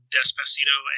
Despacito